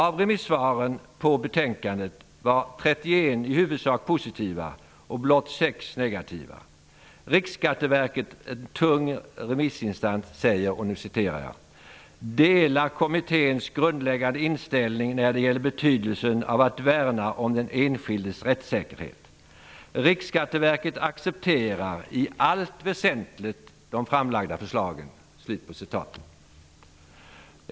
Av remissvaren på betänkandet var 31 i huvudsak positiva och blott 6 negativa. Riksskatteverket, en tung remissinstans, säger: ''Delar kommitténs grundläggande inställning när det gäller betydelsen av att värna om den enskildes rättssäkerhet. Riksskatteverket accepterar i allt väsentligt de framlagda förslagen.''